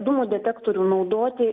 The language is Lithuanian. dūmų detektorių naudoti